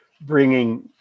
bringing